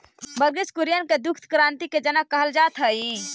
वर्गिस कुरियन के दुग्ध क्रान्ति के जनक कहल जात हई